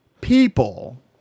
people